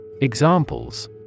Examples